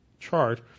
chart